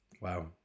Wow